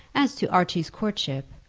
as to archie's courtship,